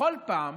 ובכל פעם